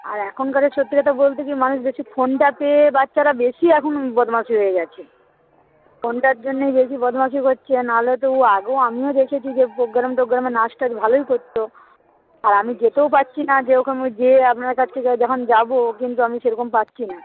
আর এখনকারের সত্যি কথা বলতে কি মানুষ বেশি ফোনটা পেয়ে বাচ্চারা বেশি এখন বদমাশ হয়ে গেছে ফোনটার জন্যই বেশি বদমাইশি করছে নাহলে তো ও আগে আমিও দেখেছি যে প্রোগ্রাম টোগ্রামে নাচ টাচ ভালোই করত আর আমি যেতেও পারছি না যে ওকে আমি যেয়ে আপনার কাছে যখন যাব কিন্তু আমি সেরকম পারছি না